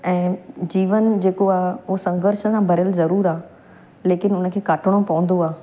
ऐं जीवन जेको आहे उहो संघर्ष सां भरियलु ज़रूरु आहे लेकिन उन खे काटणो पवंदो आहे